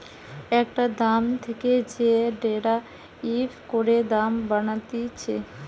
একটা দাম থেকে যে ডেরাইভ করে দাম বানাতিছে